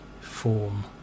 form